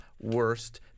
worst